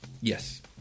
yes